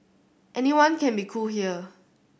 anyone can be cool here